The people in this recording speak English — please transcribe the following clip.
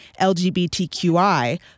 LGBTQI